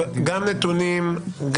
גם נתונים,